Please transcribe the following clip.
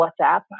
WhatsApp